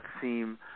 seem